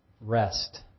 Rest